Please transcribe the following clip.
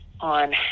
on